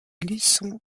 luçon